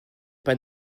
pas